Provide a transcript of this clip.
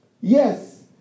Yes